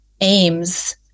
aims